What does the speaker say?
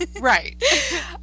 right